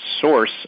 source